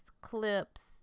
clips